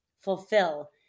fulfill